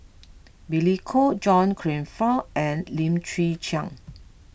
Billy Koh John Crawfurd and Lim Chwee Chian